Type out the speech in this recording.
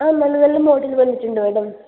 ആ നല്ല നല്ല മോഡൽ വന്നിട്ടുണ്ട് മേഡം